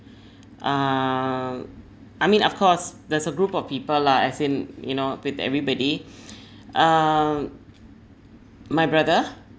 uh I mean of course there's a group of people lah as in you know with everybody um my brother